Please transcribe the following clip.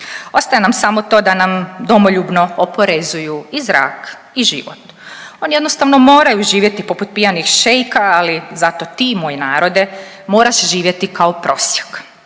Ostaje nam samo to da nam domoljubno oporezuju i zrak i život. Oni jednostavno moraju živjeti poput pijanih šeika, ali zato ti moj narode moraš živjeti kao prosjak,